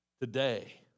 today